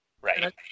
Right